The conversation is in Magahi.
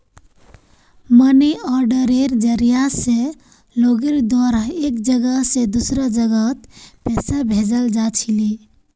मनी आर्डरेर जरिया स लोगेर द्वारा एक जगह स दूसरा जगहत पैसा भेजाल जा छिले